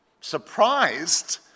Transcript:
surprised